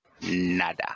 Nada